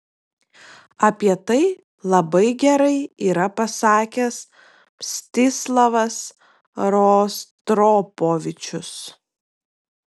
apie tai labai gerai yra pasakęs mstislavas rostropovičius